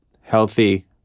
healthy